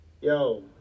Yo